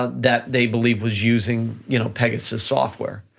ah that they believed was using you know pegasus software.